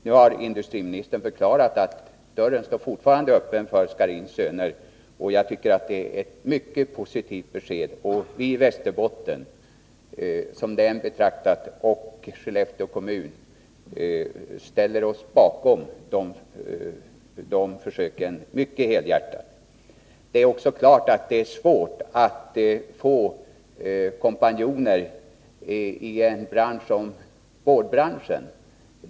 Nu har industriministern förklarat att dörren fortfarande står öppen för Scharins Söner. Jag tycker det är ett mycket positivt besked, och i Västerbottens län och i Skellefteå kommun ställer vi oss helhjärtat bakom de försöken. Det är också klart att det är svårt att få kompanjoner i en sådan bransch som boardbranschen.